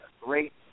great